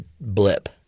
blip